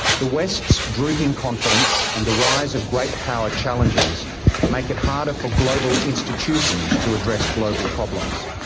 the west's drooping confidence and the rise of great-power challengers make it harder for global institutions to address global problems.